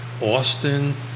austin